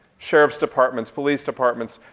sheriffs departments, police departments.